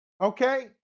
Okay